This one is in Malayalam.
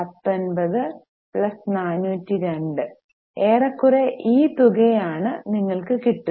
19 പ്ലസ് 402 ഏറെക്കുറെ ഈ തുക ആണ് നിങ്ങൾക് കിട്ടുക